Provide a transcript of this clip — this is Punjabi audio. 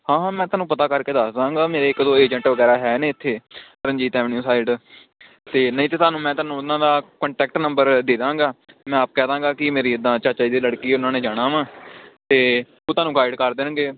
ਹਾਂ ਮੈਂ ਤੁਹਾਨੂੰ ਪਤਾ ਕਰਕੇ ਦੱਸ ਦਾਂਗਾ ਮੇਰੇ ਇੱਕ ਦੋ ਏਜੰਟ ਵਗੈਰਾ ਹੈ ਨੇ ਇੱਥੇ ਰਣਜੀਤ ਐਵਨਿਊ ਸਾਈਡ 'ਤੇ ਨਹੀਂ ਤਾਂ ਤੁਹਾਨੂੰ ਮੈਂ ਤੁਹਾਨੂੰ ਉਹਨਾਂ ਦਾ ਕੋਂਟੈਕਟ ਨੰਬਰ ਦੇ ਦਾਂਗਾ ਮੈਂ ਆਪ ਕਹਿ ਦਾਂਗਾ ਕਿ ਮੇਰੀ ਇੱਦਾਂ ਚਾਚਾ ਜੀ ਦੀ ਲੜਕੀ ਉਹਨਾਂ ਨੇ ਜਾਣਾ ਵਾ ਅਤੇ ਉਹ ਤੁਹਾਨੂੰ ਗਾਈਡ ਕਰ ਦੇਣਗੇ